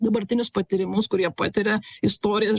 dabartinius patyrimus kurie patiria istorijas